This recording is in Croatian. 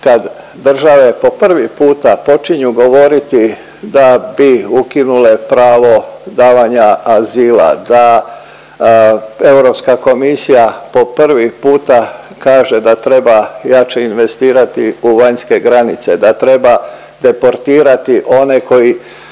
kad države po prvi puta počinju govoriti da bi ukinule pravo davanja azila, da Europska komisija po prvi puta kaže da treba jače investirati u vanjske granice, da treba deportirati one koji